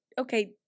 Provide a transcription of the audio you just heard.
okay